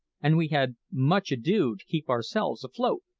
and we had much ado to keep ourselves afloat.